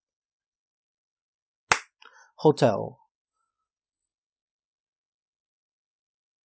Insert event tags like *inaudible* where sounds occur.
*breath* hotel